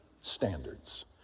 standards